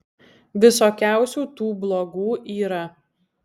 visokiausių tų blogų yra